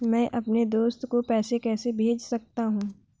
मैं अपने दोस्त को पैसे कैसे भेज सकता हूँ?